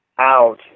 out